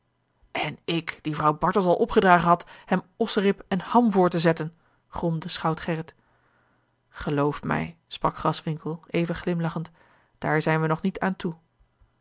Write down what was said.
en ik die vrouw bartels al opgedragen had hem ossenrib en ham voor te zetten gromde schout gerrit geloof mij sprak graswinckel even glimlachend daar zijn we nog niet aan toe